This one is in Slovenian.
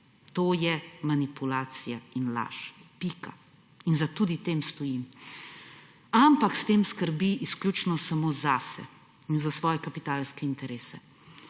to je manipulacija in laž, pika, in tudi za tem stojim -, ampak s tem skrbi izključno samo zase in za svoje kapitalske interese.